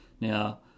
Now